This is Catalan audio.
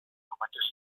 formatges